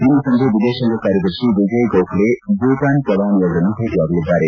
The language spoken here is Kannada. ಇಂದು ಸಂಜೆ ವಿದೇತಾಂಗ ಕಾರ್ಯದರ್ಶಿ ವಿಜಯ್ ಗೋಕಲೆ ಭೂತಾನ್ ಪ್ರಧಾನಿಯವರನ್ನು ಭೇಟಿಯಾಗಲಿದ್ದಾರೆ